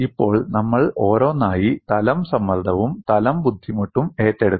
ഇപ്പോൾ നമ്മൾ ഓരോന്നായി തലം സമ്മർദ്ദവും തലം ബുദ്ധിമുട്ടും ഏറ്റെടുക്കും